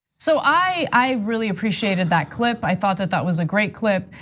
so i really appreciated that clip. i thought that that was a great clip.